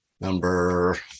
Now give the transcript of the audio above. number